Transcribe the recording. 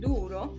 Duro